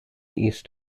east